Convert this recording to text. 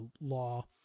law